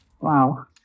Wow